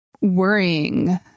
worrying